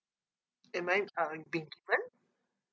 am I uh being given